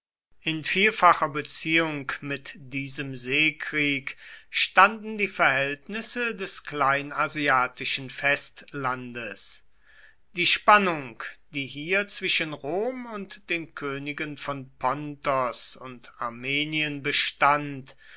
in vielfacher beziehung mit diesem seekrieg standen die verhältnisse des kleinasiatischen festlandes die spannung die hier zwischen rom und den königen von pontos und armenien bestand